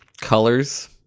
Colors